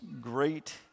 great